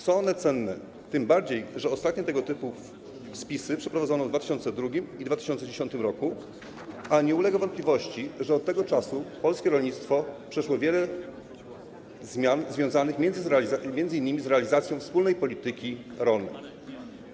Są one cenne tym bardziej, że ostatnie tego typu spisy przeprowadzono w 2002 r. i 2010 r., a nie ulega wątpliwości, że od tego czasu w polskim rolnictwie nastąpiło wiele zmian związanych m.in. z realizacją wspólnej polityki rolnej.